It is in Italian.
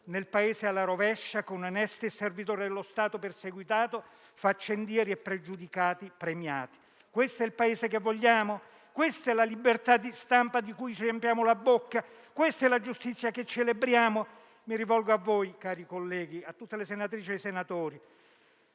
nel Paese alla rovescia, con onesti e servitori dello Stato perseguitati e faccendieri e pregiudicati premiati. Questo è il Paese che vogliamo? Questa è la libertà di stampa di cui ci riempiamo la bocca? Questa è la giustizia che celebriamo? Mi rivolgo a voi, cari colleghi, a tutte le senatrici e ai senatori,